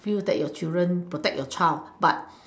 feel that your children protect your child but